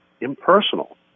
impersonal